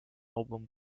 album